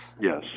Yes